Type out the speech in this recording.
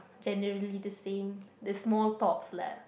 generally the same the small talks lah